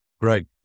Great